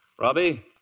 Robbie